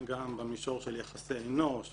גם במישור של יחסי אנוש ותבונה,